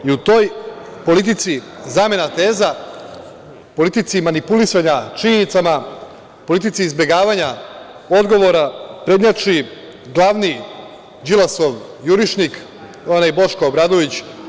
U toj politici zamena teza, politici manipulisanja činjenicama, politici izbegavanja odgovora prednjači glavni Đilasov jurišnik, onaj Boško Obradović.